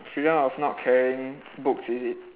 freedom of not carrying books is it